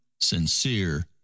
sincere